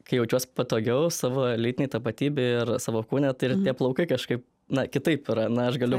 kai jaučiuos patogiau savo lytinei tapatybei ir savo kūne ir plaukai kažkaip na kitaip yra na aš galiu